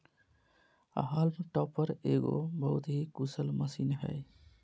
haulm topper एगो बहुत ही कुशल मशीन हइ